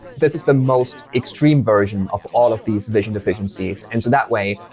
this is the most extreme version of all of these vision deficiencies. and so that way,